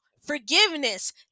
forgiveness